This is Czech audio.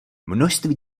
množství